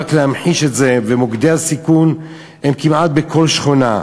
רק להמחיש את זה: מוקדי הסיכון הם כמעט בכל שכונה,